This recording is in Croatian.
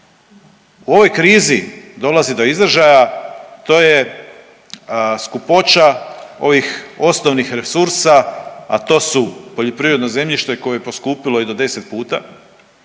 u ovoj krizi dolazi do izražaja to je skupoća ovih osnovnih resursa, a to su poljoprivredno zemljište koje je poskupilo i do 10 puta